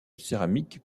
céramique